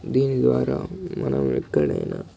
దీని ద్వారా మనం ఎక్కడైనా